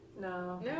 No